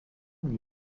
lui